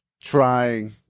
trying